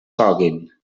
coguin